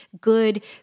good